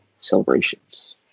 celebrations